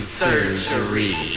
surgery